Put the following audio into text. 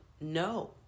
no